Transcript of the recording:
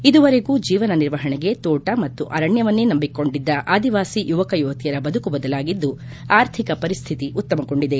ಇದುವರೆಗೂ ಜೀವನ ನಿರ್ವಹಣೆಗೆ ತೋಟ ಮತ್ತು ಅರಣ್ಯವನ್ನೇ ನಂಬಿಕೊಂಡಿದ್ದ ಆದಿವಾಸಿ ಯುವಕ ಯುವತಿಯರ ಬದುಕು ಬದಲಾಗಿದ್ದು ಆರ್ಥಿಕ ಪರಿಸ್ಥಿತಿ ಉತ್ತಮಗೊಂಡಿದೆ